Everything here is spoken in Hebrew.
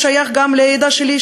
הוא שייך גם לעדה שלי,